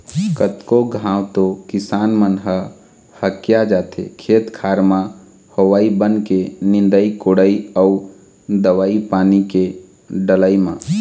कतको घांव तो किसान मन ह हकिया जाथे खेत खार म होवई बन के निंदई कोड़ई अउ दवई पानी के डलई म